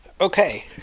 okay